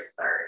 third